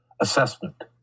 assessment